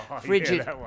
Frigid